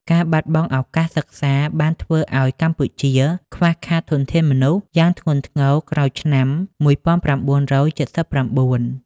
ការបាត់បង់ឱកាសសិក្សាបានធ្វើឱ្យកម្ពុជាខ្វះខាតធនធានមនុស្សយ៉ាងធ្ងន់ធ្ងរក្រោយឆ្នាំ ១៩៧៩។